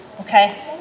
Okay